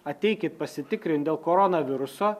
ateikit pasitikrint dėl koronaviruso